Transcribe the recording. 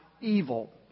evil